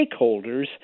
stakeholders